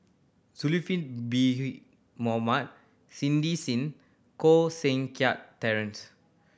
Zulkifli Bin Mohamed Cindy Sim Koh Seng Kiat Terence